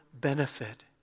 benefit